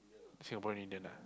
Singaporean Indian lah